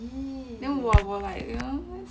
then 我我 like you know